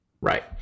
right